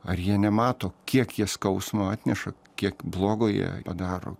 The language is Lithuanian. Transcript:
ar jie nemato kiek jie skausmo atneša kiek blogo jie padaro